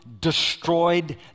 destroyed